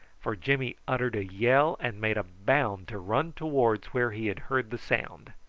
for jimmy uttered a yell and made a bound to run towards where he had heard the sound.